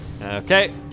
Okay